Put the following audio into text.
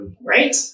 Right